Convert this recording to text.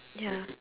ya